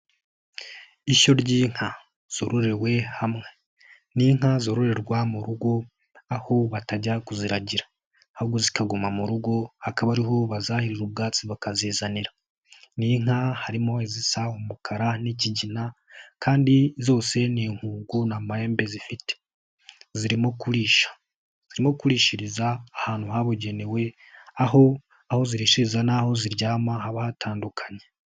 Ishyo ry'inka zororewe hamwe ni inka zororerwa mu rugo aho batajya kuziragira, ahubwo zikaguma mu rugokaba ariho bazahirira ubwatsi bakazizanira. Ni inka harimo izisa umukara n'ikigina kandi zose n'inkungu nta mahembe zifite, zirimo kurisha zirimo kurishiriza ahantu habugenewe aho aho zirishiriza n'aho ziryama haba hatandukanye.